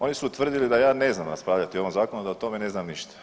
Oni su utvrdili da ja ne znam raspravljati o ovom zakonu, da o tome ne znam ništa.